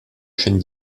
chaîne